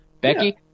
Becky